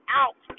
out